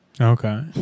Okay